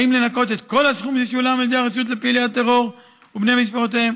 האם לנכות את כל הסכום ששולם על ידי הרשות לפעילי הטרור ובני משפחותיהם?